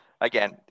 again